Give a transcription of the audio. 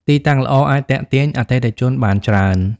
ទីតាំងល្អអាចទាក់ទាញអតិថិជនបានច្រើន។